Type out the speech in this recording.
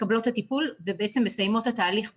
מקבלות את הטיפול ובעצם מסיימות את ההליך בקהילה.